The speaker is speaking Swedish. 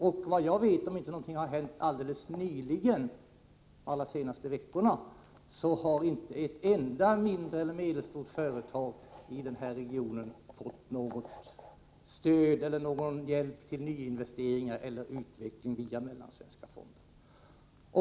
Om det inte har hänt något alldeles nyligen — under de allra senaste veckorna — har såvitt jag vet inte ett enda mindre eller medelstort företag i regionen fått stöd eller hjälp till nyinvesteringar eller utveckling via den Mellansvenska fonden.